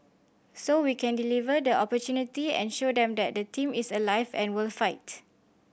so we can deliver the opportunity and show them that the team is alive and will fight